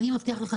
אני מבטיח לך,